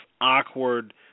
awkward